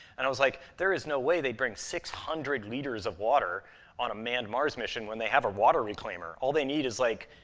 and i was like, there is no way they'd bring six hundred liters of water on a manned mars mission when they have a water reclaimer. all they need is, like,